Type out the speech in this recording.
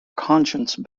conscience